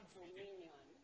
dominion